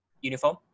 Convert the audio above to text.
uniform